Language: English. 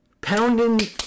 pounding